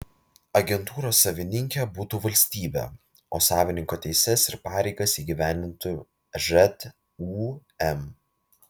agentūros savininkė būtų valstybė o savininko teises ir pareigas įgyvendintų žūm